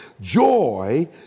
Joy